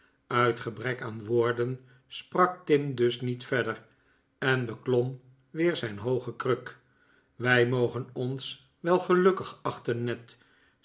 gebrek aan woorden sprak tim dus niet verder en beklom weer zijn hooge kruk wij mogen ons wel gelukkig achten ned